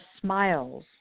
smiles